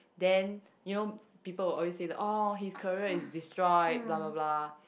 then you know people will always say that orh his career is destroyed blah blah blah